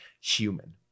human